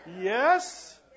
Yes